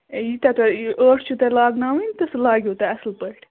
ییٖتیٛاہ تۄہہِ ٲٹھ چھِو تۄہہِ لاگناوٕنۍ تہٕ سُہ لاگٮ۪و تۄہہِ اَصٕل پٲٹھۍ